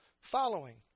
following